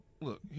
look